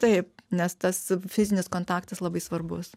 taip nes tas fizinis kontaktas labai svarbus